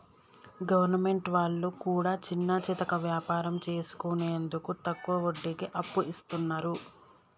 government వాళ్లు కూడా చిన్నాచితక వ్యాపారం చేసుకునేందుకు తక్కువ వడ్డీకి అప్పు ఇస్తున్నరు